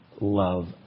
love